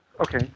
okay